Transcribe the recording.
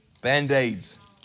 Band-Aids